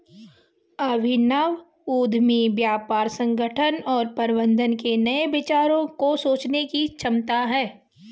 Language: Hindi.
अभिनव उद्यमी व्यापार संगठन और प्रबंधन के नए विचारों को सोचने की क्षमता है